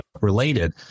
related